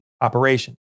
operation